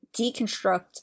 deconstruct